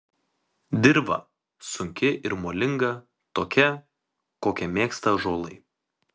dirva sunki ir molinga tokia kokią mėgsta ąžuolai